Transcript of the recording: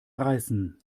reißen